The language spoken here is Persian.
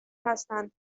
هستند